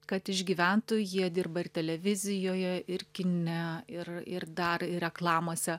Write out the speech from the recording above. kad išgyventų jie dirba ir televizijoje ir kine ir ir dar ir reklamose